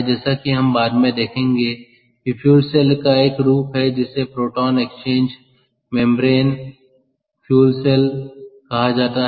जैसा कि हम बाद में देखेंगे कि फ्यूल सेल का एक रूप है जिसे proton exchange membrane fuel cell कहा जाता है